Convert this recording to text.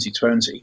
2020